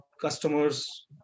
customers